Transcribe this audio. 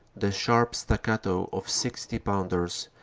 the sharp staccato of sixty-pounders,